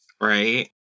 right